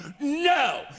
No